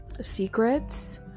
secrets